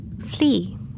Flee